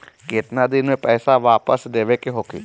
केतना दिन में पैसा वापस देवे के होखी?